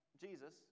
Jesus